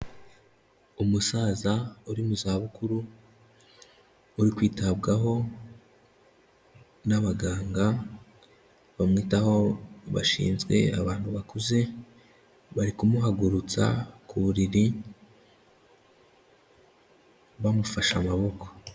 Umusaza uri mu zabukuru, uri kwitabwaho n'abaganga bamwitaho bashinzwe abantu bakuze, bari kumuhagurutsa ku buriri bamufashe amaboko.